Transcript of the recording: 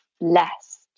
less